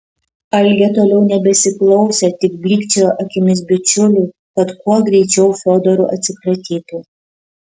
algė toliau nebesiklausė tik blykčiojo akimis bičiuliui kad kuo greičiau fiodoru atsikratytų